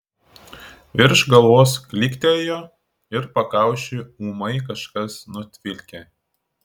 virš galvos klyktelėjo ir pakaušį ūmai kažkas nutvilkė